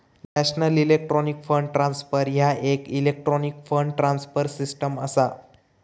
national electronic fund transfer ह्या येक electronic fund transfer system असा